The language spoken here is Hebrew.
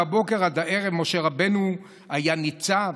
מהבוקר ועד הערב משה רבנו היה ניצב,